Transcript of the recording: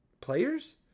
players